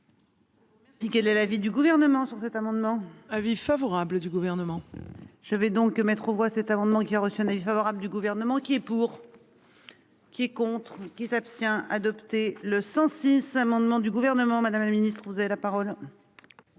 quel est l'avis du gouvernement sur cet amendement, avis favorable du gouvernement. Je vais donc mettre aux voix cet amendement qui a reçu un avis favorable du gouvernement qui est pour. Qui est contre qui s'abstient adopté le 106 amendement du gouvernement Madame la Ministre, vous avez la parole.